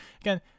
again